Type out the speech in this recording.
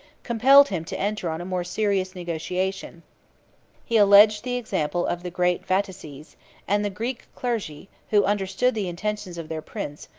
compelled him to enter on a more serious negotiation he alleged the example of the great vataces and the greek clergy, who understood the intentions of their prince,